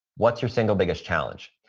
what's your single biggest challenge?